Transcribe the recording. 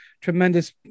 tremendous